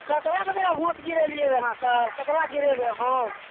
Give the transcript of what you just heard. ककरा ककरा भोंट गिरेलियैया अहाँ सब ककरा गिरेबै हम